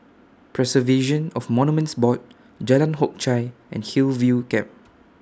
Preservation of Monuments Board Jalan Hock Chye and Hillview Camp